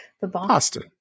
Boston